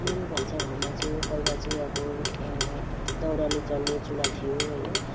मेरो भान्साघरमा चाहिँ पहिला चाहिँ अब दाउराले चल्ने चुला थियो होइन